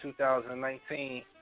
2019